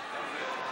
נתקבלה.